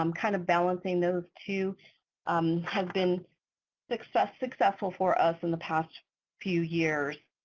um kind of balancing those two um has been successful successful for us in the past few years.